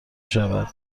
شود